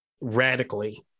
radically